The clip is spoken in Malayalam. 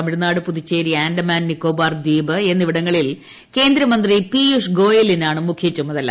തമിഴ്നാട് പുതുച്ചേരി ആന്റമാൻ നിക്കോബാർ ദ്വീപ് എന്നിവിടങ്ങളിൽ കേന്ദ്രമന്ത്രി പിയൂഷ് ഗോയ ലിനാണ് മുഖ്യചുമതല